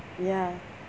ya